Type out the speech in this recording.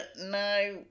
no